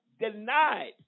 denied